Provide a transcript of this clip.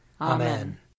Amen